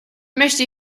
möchte